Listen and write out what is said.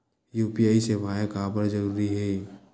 UPI सेवाएं काबर जरूरी हे?